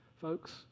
Folks